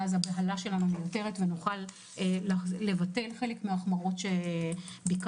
ואז הבהלה שלנו מיותרת ונוכל לבטל חלק מההחמרות שביקשנו.